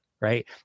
right